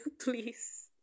please